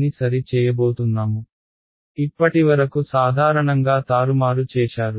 ని సరి చేయబోతున్నాము ఇప్పటివరకు సాధారణంగా తారుమారు చేశారు